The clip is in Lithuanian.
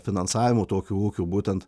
finansavimo tokių ūkių būtent